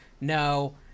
no